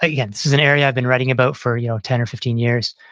again, this is an area i've been writing about for you know ten or fifteen years.